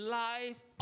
life